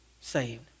saved